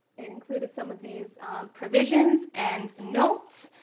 included some of these provisions and notes,